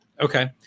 Okay